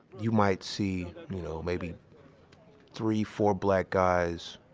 you might see, you know, maybe three, four black guys,